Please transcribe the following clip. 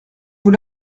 vous